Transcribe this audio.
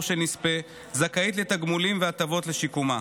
של נספה זכאית לתגמולים ולהטבות לשיקומה.